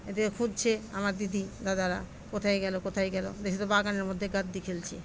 এদিকে খুঁজছে আমার দিদি দাদারা কোথায় গেলো কোথায় গেলো দেখে তো বাগানের মধ্যে গাদ্দি খেলছি